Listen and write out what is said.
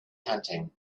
hunting